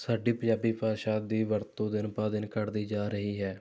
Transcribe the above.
ਸਾਡੀ ਪੰਜਾਬੀ ਭਾਸ਼ਾ ਦੀ ਵਰਤੋਂ ਦਿਨ ਬ ਦਿਨ ਘੱਟਦੀ ਜਾ ਰਹੀ ਹੈ